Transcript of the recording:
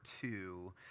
two